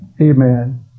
Amen